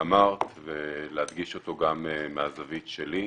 אמרת ולהדגיש אותו גם מהזווית שלי,